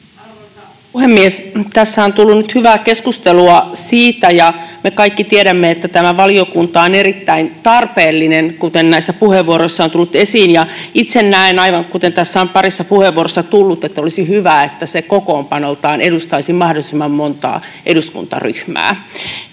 Arvoisa puhemies! Tässä on tullut nyt hyvää keskustelua, ja me kaikki tiedämme, että tämä valiokunta on erittäin tarpeellinen, kuten näissä puheenvuoroissa on tullut esiin. Itse näen, aivan kuten tässä on parissa puheenvuorossa tullut, että olisi hyvä, että se kokoonpanoltaan edustaisi mahdollisimman montaa eduskuntaryhmää.